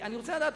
אני רוצה לדעת,